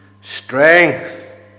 strength